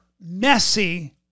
messy